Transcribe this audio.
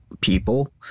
people